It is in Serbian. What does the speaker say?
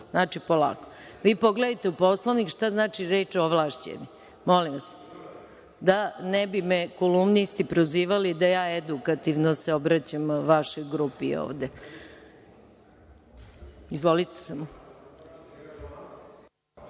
Znači, polako. Vi pogledajte u Poslovnik šta znači reč „ovlašćeni“, molim vas, na ne bi me kolumnisti prozivali da ja edukativno se obraćam vašoj poslaničkoj grupi ovde. Izvolite.